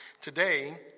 Today